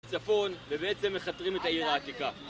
צפון, ובעצם מכתרים את העיר העתיקה